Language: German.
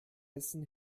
essen